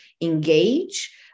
engage